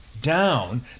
Down